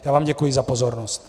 Já vám děkuji za pozornost.